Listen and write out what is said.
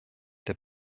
der